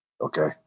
Okay